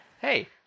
Hey